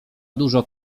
dużo